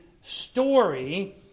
story